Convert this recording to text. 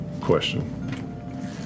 question